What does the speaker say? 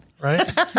Right